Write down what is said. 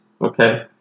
Okay